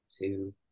two